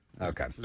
Okay